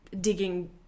digging